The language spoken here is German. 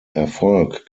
erfolg